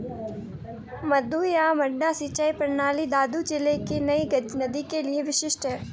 मद्दू या मड्डा सिंचाई प्रणाली दादू जिले की नई गज नदी के लिए विशिष्ट है